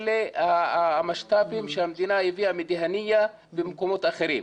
אלה המשת"פים שהמדינה הביאה מדהנייה וממקומות אחרים.